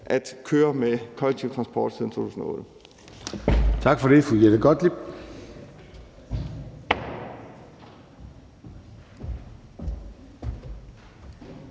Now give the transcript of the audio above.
at køre med kollektiv transport siden 2008.